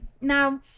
now